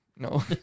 No